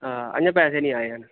अजें पैसे नेईं आए हैन